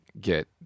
get